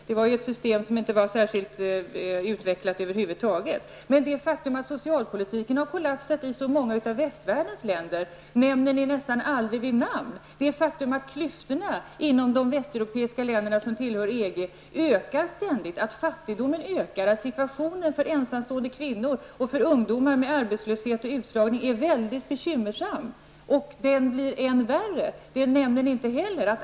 Man hade ett system som inte var särskilt utvecklat över huvud taget. Det faktum att socialpolitiken har kollapsat i så många av västvärldens länder nämns nästan aldrig. Det faktum att klyftorna inom de västeuropeiska länderna som tillhör EG ständigt ökar, att fattigdomen ökar och att situationen för ensamstående kvinnor och för ungdomar med arbetslöshet och utslagning är mycket bekymmersam och blir än värre, nämner ni inte heller.